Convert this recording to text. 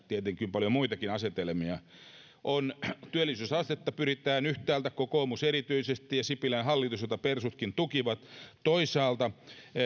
tietenkin on paljon muitakin asetelmia yhtäältä tavoitteeseen pyritään työllisyysastetta nostamalla erityisesti kokoomus ja sipilän hallitus jota persutkin tukivat ja toisaalta